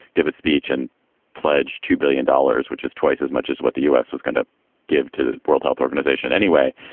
give a speech and pledge two billion dollars, which is twice as much as what the u s. was going to give to the world health organization anyway,